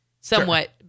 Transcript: somewhat